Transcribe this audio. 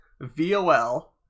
v-o-l